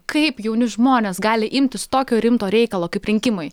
kaip jauni žmonės gali imtis tokio rimto reikalo kaip rinkimai